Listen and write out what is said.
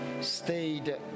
stayed